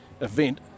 event